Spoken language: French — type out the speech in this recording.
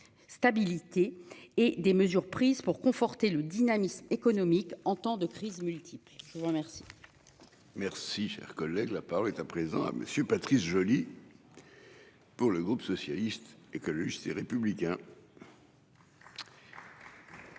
Stabilité et des mesures prises pour conforter le dynamisme économique en temps de crise multiple, je vous remercie. Merci, cher collègue, la parole est à présent monsieur Patrice Joly. Pour le groupe socialiste, écologiste et républicain.